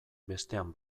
bestean